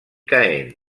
caen